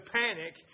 panic